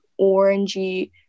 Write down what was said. orangey